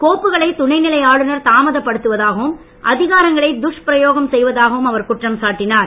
கோப்புகளை துணை நிலை ஆளுநர் தாமதப்படுத்துவதாகவும் அதிகாரங்களை துஷ்பிரயோகம் செய்வதாகவும் அவர் குற்றம் சாட்டினார்